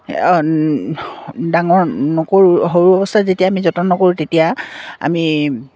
ডাঙৰ নকৰোঁ সৰু অৱস্থাত যেতিয়া আমি যতন নকৰোঁ তেতিয়া আমি